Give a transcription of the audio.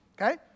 okay